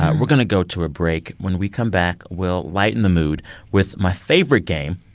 and we're going to go to a break. when we come back, we'll lighten the mood with my favorite game,